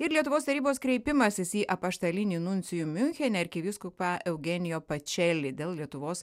ir lietuvos tarybos kreipimasis į apaštalinį nuncijų miunchene arkivyskupą eugenijo pačeli dėl lietuvos